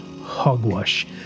Hogwash